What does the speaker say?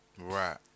Right